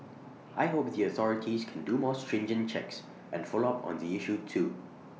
I hope the authorities can do more stringent checks and follow up on the issue too